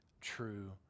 true